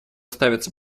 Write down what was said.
ставится